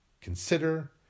consider